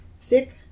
thick